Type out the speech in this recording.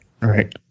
Right